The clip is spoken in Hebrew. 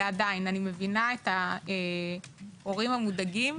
ועדיין אני מבינה את ההורים המודאגים,